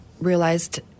realized